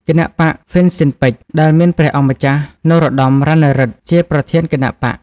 គណបក្សហ្វ៊ិនស៊ិនប៉ិច ដែល មានព្រះអង្គម្ចាស់ នរោត្តម រណឬទ្ធិ ជាប្រធានគណបក្ស។